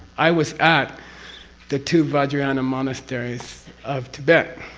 i was at the two vajrayana monasteries of tibet,